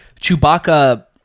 Chewbacca